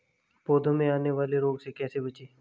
पौधों में आने वाले रोग से कैसे बचें?